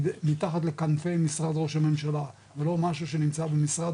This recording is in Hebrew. מתחת לכנפי משרד ראש הממשלה ולא משהו שנמצא במשרד